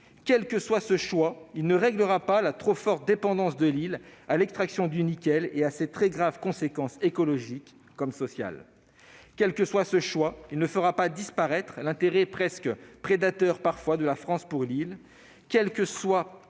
Quel que soit ce choix, il ne réglera pas la trop forte dépendance de l'île envers l'extraction du nickel, aux très graves conséquences écologiques et sociales. Quel que soit ce choix, il ne fera pas disparaître l'intérêt, parfois presque prédateur, de la France pour l'île,